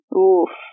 Oof